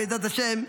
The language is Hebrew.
בעזרת השם,